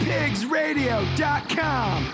PigsRadio.com